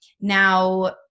now